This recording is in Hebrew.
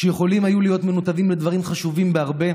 שיכולים היו להיות מנותבים לדברים חשובים בהרבה,